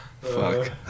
Fuck